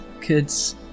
Kids